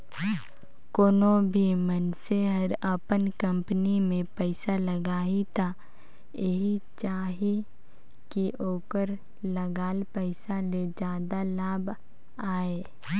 कोनों भी मइनसे हर अपन कंपनी में पइसा लगाही त एहि चाहही कि ओखर लगाल पइसा ले जादा लाभ आये